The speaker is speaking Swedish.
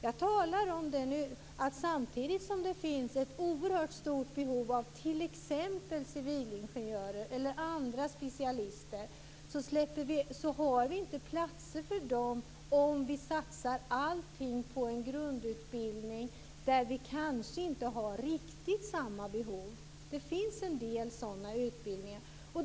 Jag talar om att samtidigt som det finns ett oerhört stort behov av t.ex. civilingenjörer eller andra specialister har vi inte platser för dem om vi satsar allting på en grundutbildning där vi kanske inte har riktigt samma behov. Det finns en del sådana utbildningar.